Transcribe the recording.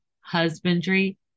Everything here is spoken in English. husbandry